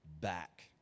back